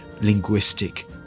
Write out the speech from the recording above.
linguistic